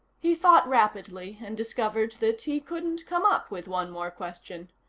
he thought rapidly and discovered that he couldn't come up with one more question.